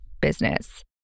business